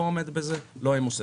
לא עומד בזה לא ימוסה,